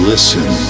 Listen